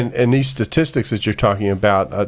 and and these statistics that you're talking about,